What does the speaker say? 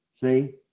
See